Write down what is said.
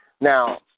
Now